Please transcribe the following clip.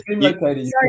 sorry